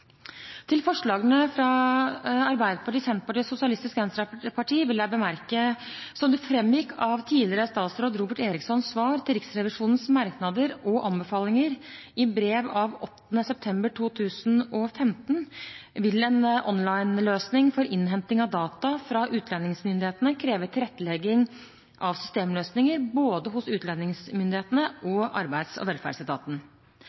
Til forslagene fra Arbeiderpartiet, Senterpartiet og Sosialistisk Venstreparti vil jeg bemerke: Som det framgikk av tidligere statsråd Robert Erikssons svar til Riksrevisjonens merknader og anbefalinger i brev av 8. september 2015 vil en online-løsning for innhenting av data fra utlendingsmyndighetene kreve tilrettelegging av systemløsninger hos både utlendingsmyndighetene